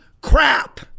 crap